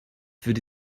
würde